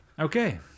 Okay